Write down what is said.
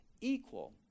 equal